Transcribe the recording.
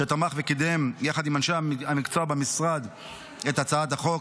שתמך וקידם יחד עם אנשי המקצוע במשרד את הצעת החוק,